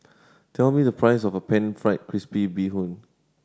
tell me the price of Pan Fried Crispy Bee Hoon